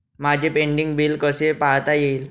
माझे pending bill कसे पाहता येईल?